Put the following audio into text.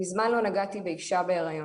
ממזמן לא נגעתי באישה בהריון.